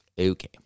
okay